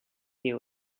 you